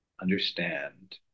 understand